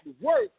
work